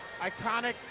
iconic